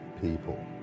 people